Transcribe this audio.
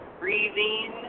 breathing